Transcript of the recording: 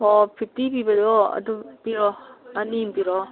ꯑꯣ ꯐꯤꯐꯇꯤ ꯄꯤꯕꯗꯣ ꯑꯗꯨ ꯄꯤꯔꯛꯑꯣ ꯑꯅꯤꯃ ꯄꯤꯔꯛꯑꯣ